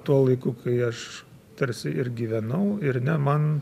tuo laiku kai aš tarsi ir gyvenau ir ne man